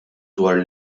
dwar